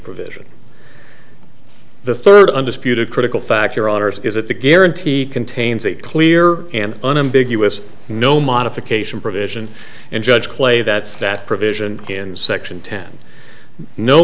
provision the third undisputed critical factor on earth is that the guarantee contains a clear and unambiguous no modification provision and judge clay that's that provision in section ten no